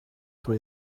drwy